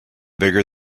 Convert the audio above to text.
bigger